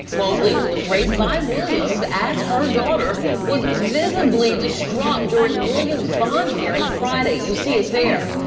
mobley hoo was raised by williams as her daughter was visibly distraught during williams' bond hearing friday you. see it there.